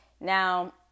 Now